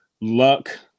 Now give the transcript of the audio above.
luck